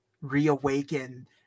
reawaken